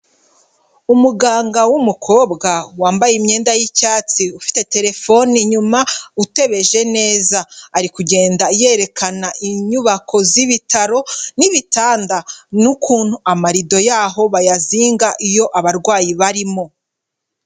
Umuganga w'umukobwa wambaye imyenda y'icyatsi, ufite terefone inyuma utebeje neza; ari kugenda yerekana inyubako z'ibitaro n'ibitanda n'ukuntu amarido yaho bayazinga iyo abarwayi barimo.